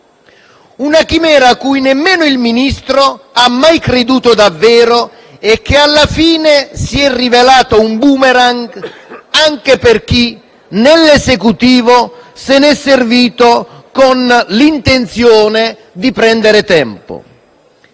una chimera cui nemmeno il Ministro ha mai creduto davvero e che, alla fine, si è rivelata un *boomerang* anche per chi nell'Esecutivo se ne è servito con l'intenzione di prendere tempo.